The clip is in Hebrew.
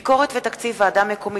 (ביקורת ותקציב ועדה מקומית),